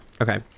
Okay